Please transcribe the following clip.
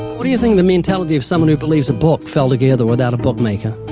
what do you think of the mentality of someone who believes a book fell together without a book maker?